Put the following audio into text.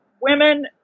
women